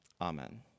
Amen